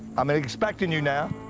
i'm expecting you, now.